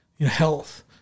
health